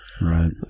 Right